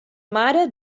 mare